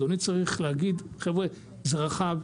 אדוני צריך להגיד: זה רחב.